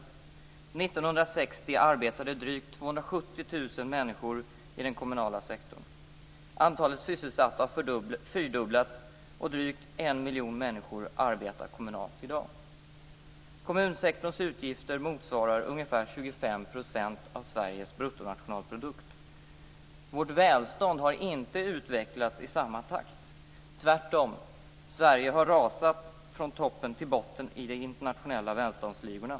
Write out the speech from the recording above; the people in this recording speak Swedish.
1960 arbetade drygt 270 000 människor i den kommunala sektorn. Antalet sysselsatta har fyrdubblats och drygt 1 miljon människor arbetar kommunalt i dag. Kommunsektorns utgifter motsvarar ungefär 25 % av Sveriges bruttonationalprodukt. Vårt välstånd har inte utvecklats i samma takt. Tvärtom har Sverige rasat från toppen till botten i de internationella välståndsligorna.